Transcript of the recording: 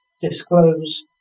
disclose